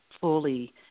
fully